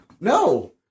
No